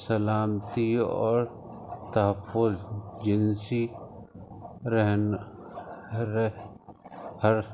سلامتی اور تحفظ جنسی رہنا ہر